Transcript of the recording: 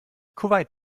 kuwait